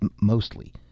mostly